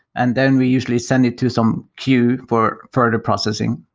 and then we usually send it to some queue for further processing.